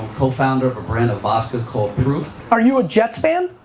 co-founder of a brand of vodka called pruv. are you a jets fan?